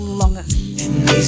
longer